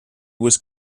was